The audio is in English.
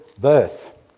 birth